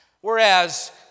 Whereas